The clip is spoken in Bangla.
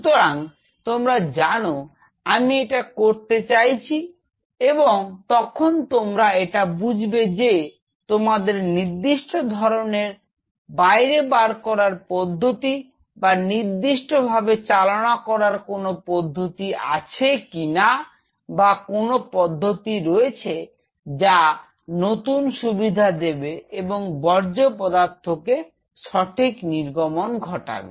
সুতরাং তোমরা জানো আমি এটা করতে চাইছি এবং তখন তোমরা এটা বুঝবে যে তোমাদের নির্দিষ্ট ধরনের বাইরে বার করার পদ্ধতি বা তোমাদের নির্দিষ্ট ভাবে চালনা করার কোন পদ্ধতি আছে কিনা বা কোন অন্য পদ্ধতি রয়েছে যা নতুন সুবিধা দেবে এবং বর্জ্য পদার্থ কে সঠিক নির্গমন ঘটাবে